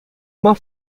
uma